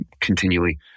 continually